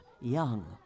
young